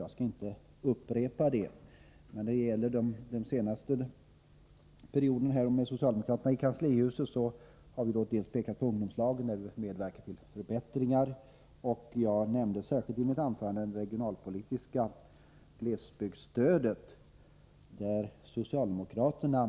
Jag skall inte upprepa vad som då gjordes, men när det gäller vad som hänt under senare tid med socialdemokraterna i kanslihuset vill jag peka på ungdomslagen, där vi medverkat till förbättringar. I mitt anförande nämnde jag särskilt det regionalpolitiska glesbygdsstödet, där socialdemokraterna på s.